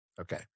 Okay